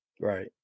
right